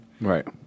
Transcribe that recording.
Right